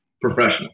professional